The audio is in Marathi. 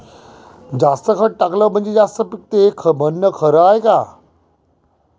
जास्त खत टाकलं म्हनजे जास्त पिकते हे म्हन खरी हाये का?